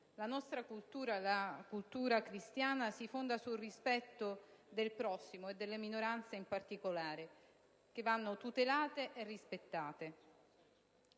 La nostra cultura, la cultura cristiana, si fonda sul rispetto del prossimo e delle minoranze in particolare, che vanno tutelate e rispettate.